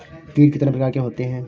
कीट कितने प्रकार के होते हैं?